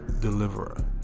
deliverer